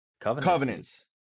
Covenants